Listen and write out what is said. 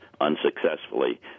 unsuccessfully